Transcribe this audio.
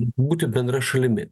būti bendra šalimi